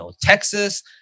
Texas